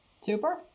Super